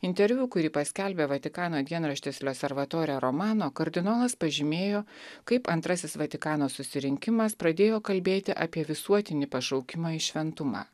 interviu kurį paskelbė vatikano dienraštis le servatore romano kardinolas pažymėjo kaip antrasis vatikano susirinkimas pradėjo kalbėti apie visuotinį pašaukimą į šventumą